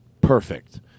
perfect